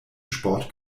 sport